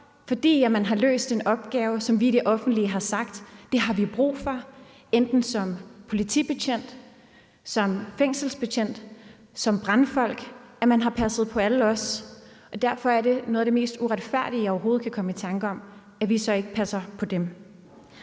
fordi man har løst en opgave, som vi i det offentlige har sagt at vi har brug for, enten som politibetjent, som fængselsbetjent eller som brandfolk. Man har passet på alle os, og derfor er noget af det mest uretfærdige, jeg overhovedet kan komme i tanke om, at vi så ikke passer på dem.